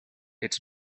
its